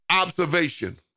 observation